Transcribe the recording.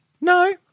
No